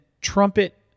trumpet